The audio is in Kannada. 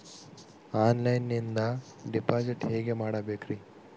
ಆನ್ಲೈನಿಂದ ಡಿಪಾಸಿಟ್ ಹೇಗೆ ಮಾಡಬೇಕ್ರಿ?